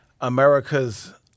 America's